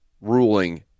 ruling